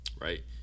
right